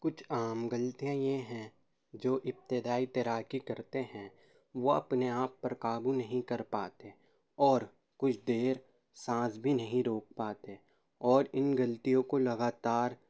کچھ عام غلطیاں یہ ہیں جو ابتدائی تیراکی کرتے ہیں وہ اپنے آپ پر قابو نہیں کر پاتے اور کچھ دیر سانس بھی نہیں روک پاتے اور ان غلطیوں کو لگاتار